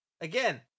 Again